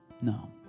No